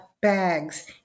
bags